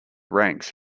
ranks